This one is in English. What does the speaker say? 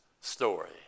story